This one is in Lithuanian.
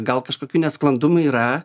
gal kažkokių nesklandumų yra